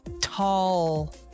tall